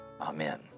Amen